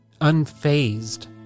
unfazed